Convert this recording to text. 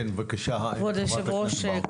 כן, בבקשה, חברת הכנסת אורנה ברביבאי.